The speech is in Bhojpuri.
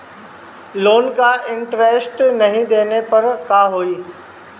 लोन के इन्टरेस्ट नाही देहले पर का होई?